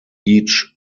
each